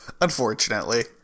Unfortunately